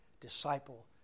disciple